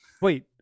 wait